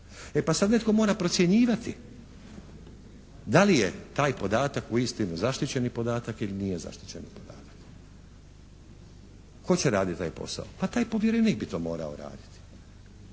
E, pa sada netko mora procjenjivati da li je taj podatak uistinu zaštićeni podatak ili nije zaštićeni podatak. Tko će raditi taj posao? Pa taj povjerenik bi to morao raditi.